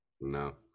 No